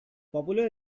popular